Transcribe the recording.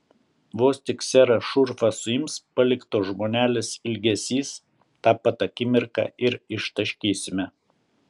vos tik serą šurfą suims paliktos žmonelės ilgesys tą pat akimirką ir ištaškysime